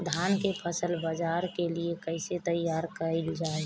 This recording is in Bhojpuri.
धान के फसल बाजार के लिए कईसे तैयार कइल जाए?